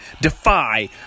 Defy